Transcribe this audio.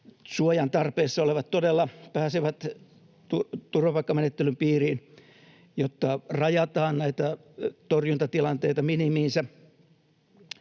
suojan tarpeessa olevat todella pääsevät turvapaikkamenettelyn piiriin ja jotta rajataan näitä torjuntatilanteita minimiinsä.